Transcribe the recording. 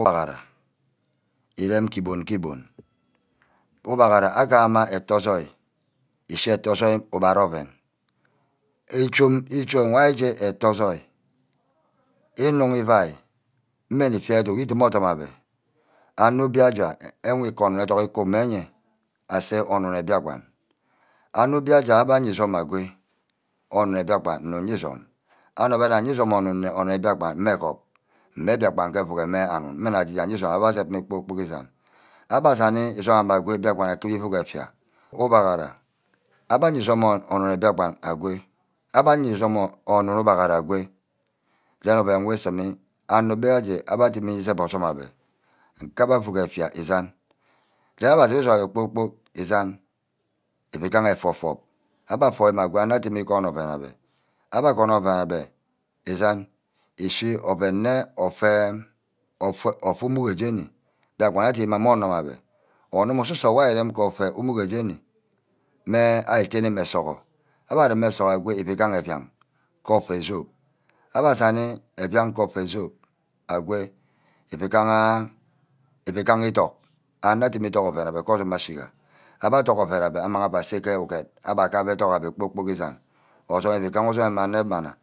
Ubaghara nne erem ke íbon-ke-íbon. ubagara oven hara agam-ma etho ojoi. eshi etho ojoi ugbara oven echum wey ari eje etho ojoi. enuggi îvai. mmeni ífíat edug ídímí osunme amme. ano-bia aja. enu ku mme educk enyea asa onun bíakpan. ano-obia aja aye ízum agoi. onun bíakpan nní íya ízum onun wor aye ízum onun biakpan mme egop, mme biakpan ke evuro mme anum mme aje aya îzum abba zep mme kpor-kpork isan. abba asani îzum amme ago. mbiakpan atughu ivu effia ubaghara abbe aye izum onun ubaghara agwe. then oven wu símí anor gb gaje adumi îsep orsume abbe ke abbe auuck effia isam. abbe asep isume abba kpor-kpork esan euigaha afob-fob abbe afob mme ago anor adimi igono abbe abbe gono oven abbe isan ichi oven nne ofa imugho jeni. biakpan adimi-nne onum abbeh onum osusor wor ari nni rem ke ofa imugho jeni mme ari ethne mme esoghi. abbe arem esoghi ago ufu gaha eviang ke ofe zop. abbe asaní efíang ke ofe zop egwe ívugaha íduck anor adimi iduck oven abbe amang ava ase ke uget agap esuck abbe kpor-kpork isan. ojoi ufu ganne ojoi enebana